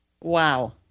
Wow